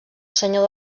senyor